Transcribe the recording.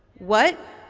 what?